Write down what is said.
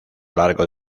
largo